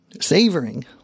savoring